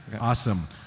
Awesome